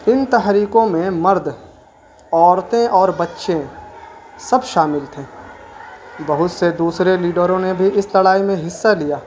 ان تحریکوں میں مرد عورتیں اور بچے سب شامل تھیں بہت سے دوسرے لیڈروں نے بھی اس لڑائی میں حصہ لیا